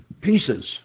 pieces